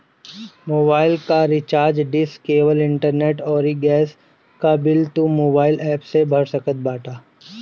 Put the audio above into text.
mobile कअ recharge, dish, cable, internet अउरी gas कअ बिल तू मोबाइल एप्प से भर सकत बाटअ